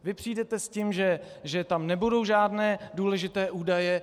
Vy přijdete s tím, že tam nebudou žádné důležité údaje.